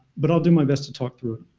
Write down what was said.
but i'll do my best to talk through it.